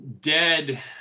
dead